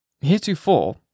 Heretofore